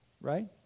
Right